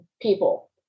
people